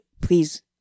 please